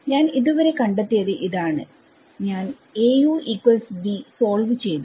ഞാൻ ഇതുവരെ കണ്ടെത്തിയത് ഇതാണ് ഞാൻ Aub സോൾവ് ചെയ്തു